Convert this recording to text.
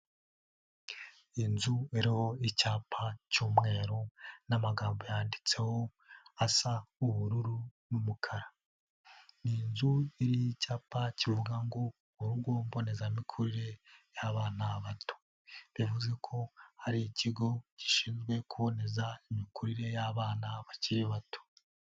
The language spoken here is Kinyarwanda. Inzu iriho icyapa cy'umweru n'amagambo yanditseho asa ubururu n'umukara. Ni inzu iriho icyapa kivuga ngo urugo mbonezamikurire y'abana bato. Bivuze ko hari ikigo gishinzwe kuboneza imikurire y'abana bakiri bato.